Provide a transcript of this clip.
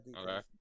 Okay